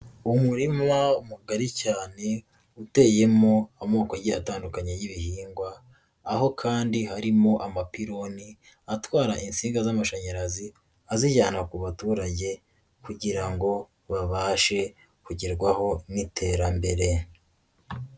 Umurima mugari cyane, uteyemo amokogi atandukanye y'ibihingwa, aho kandi harimo amapironi, atwara insinga z'amashanyarazi, azijyana ku baturage kugira ngo babashe kugerwaho n'iterambere.